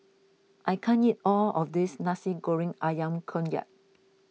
I can't eat all of this Nasi Goreng Ayam Kunyit